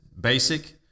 basic